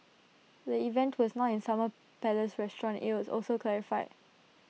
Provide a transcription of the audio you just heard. the event was not in summer palace restaurant IT was also clarified